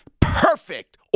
perfect